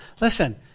Listen